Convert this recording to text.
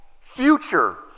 future